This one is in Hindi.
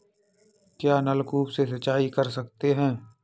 क्या नलकूप से सिंचाई कर सकते हैं?